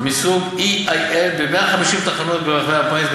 500 מסוג EIL ב-150 תחנות ברחבי הפיס,